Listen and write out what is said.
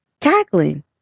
cackling